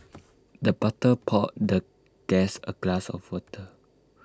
the butler poured the guest A glass of water